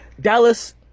Dallas